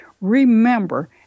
remember